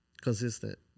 consistent